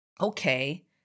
okay